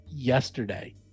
yesterday